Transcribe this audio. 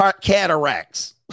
cataracts